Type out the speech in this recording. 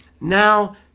now